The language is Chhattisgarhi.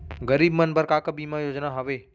गरीब मन बर का का बीमा योजना हावे?